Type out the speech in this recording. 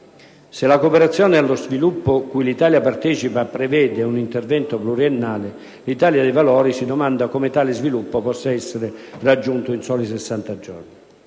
Se la cooperazione allo sviluppo cui l'Italia partecipa prevede un intervento pluriennale, l'Italia dei Valori si domanda come tale sviluppo possa essere raggiunto in soli 60 giorni.